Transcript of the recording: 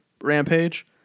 Rampage